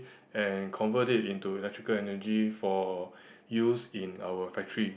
and convert it into electrical energy for use in our factory